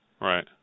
Right